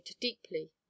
deeply